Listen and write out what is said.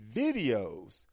videos